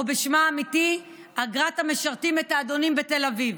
או בשמה האמיתי: אגרת המשרתים את האדונים בתל אביב.